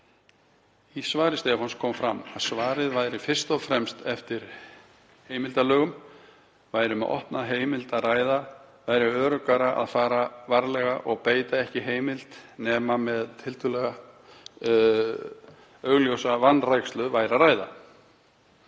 Í svari Stefáns kom fram að það færi fyrst og fremst eftir heimildarlögunum. Væri um opna heimild að ræða væri öruggara að fara varlega og beita ekki heimild nema um tiltölulega augljósa vanrækslu væri að ræða.